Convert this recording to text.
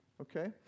okay